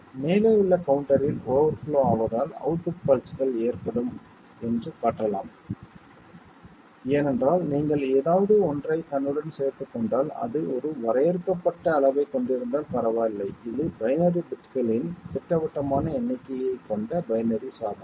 மேலே உள்ள கவுண்டரின் ஓவர்ஃப்ளோ ஆவதால் அவுட்புட் பல்ஸ்கள் ஏற்படும் என்று காட்டலாம் ஏனென்றால் நீங்கள் ஏதாவது ஒன்றைத் தன்னுடன் சேர்த்துக் கொண்டால் அது ஒரு வரையறுக்கப்பட்ட அளவைக் கொண்டிருந்தால் பரவாயில்லை இது பைனரி பிட்களின் திட்டவட்டமான எண்ணிக்கையைக் கொண்ட பைனரி சாதனம்